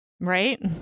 Right